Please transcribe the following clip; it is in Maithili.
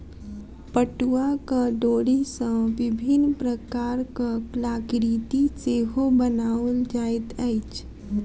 पटुआक डोरी सॅ विभिन्न प्रकारक कलाकृति सेहो बनाओल जाइत अछि